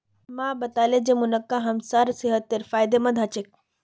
माँ बताले जे मुनक्का हमसार सेहतेर फायदेमंद ह छेक